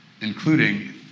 including